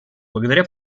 благодаря